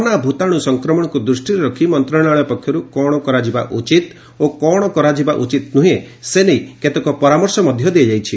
corona ଭୂତାଣୁ ସଂକ୍ରମଣକୁ ଦୃଷ୍ଟିରେ ରଖି ମନ୍ତ୍ରଣାଳୟ ପକ୍ଷରୁ କ'ଣ କରାଯିବା ଉଚିତ୍ ଓ କ'ଣ କରାଯିବା ଉଚିତ୍ ନୁହେଁ ସେ ନେଇ କେତେକ ପରାମର୍ଶ ମଧ୍ୟ ଦିଆଯାଇଛି